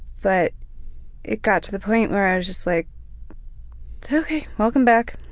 but it got to the point where i was just like ok, welcome back.